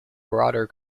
broader